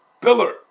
pillar